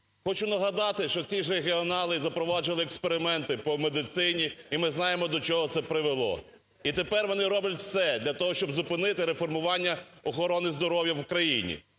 Хочу нагадати, що ці ж регіонали запроваджували експерименти по медицині, і ми знаємо, до чого це привело. І тепер вони роблять все для того, щоб зупинити реформування охорони здоров'я в Україні.